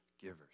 givers